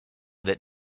that